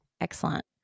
Excellent